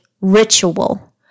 ritual